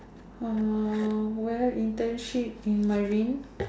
um well internship in marine